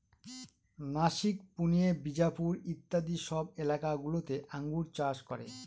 নাসিক, পুনে, বিজাপুর ইত্যাদি সব এলাকা গুলোতে আঙ্গুর চাষ করে